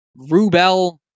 Rubel